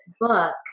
book